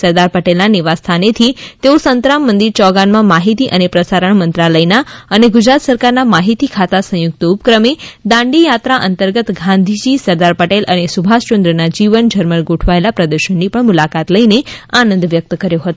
સરદાર પટેલના નિવાસસ્થાનેથી તેઓ સંતરામ મંદિર ચોગાનમાં માહિતી અને પ્રસારણ મંત્રાલયના અને ગુજરાત સરકારના માહિતી ખાતા સંયુક્ત ઉપક્રમે દાંડી યાત્રા અંતર્ગત ગાંધીજી સરદાર પટેલ અને સુભાષયંદ્ર ના જીવન ઝરમર ગોઠવાયેલા પ્રદર્શનની પણ મુલાકાત લઇ આનંદ વ્યક્ત કર્યો હતો